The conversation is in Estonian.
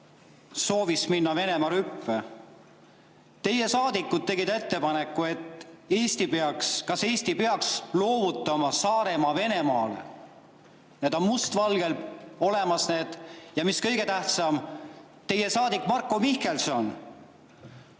kohta minna Venemaa rüppe. Teie saadikud tegid ettepaneku [esitada küsimus], kas Eesti peaks loovutama Saaremaa Venemaale. Need on must valgel olemas. Ja mis kõige tähtsam, teie saadik Marko Mihkelson